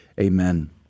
amen